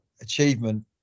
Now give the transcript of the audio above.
achievement